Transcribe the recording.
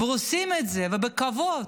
ועושים את זה בכבוד.